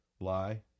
Lie